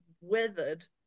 weathered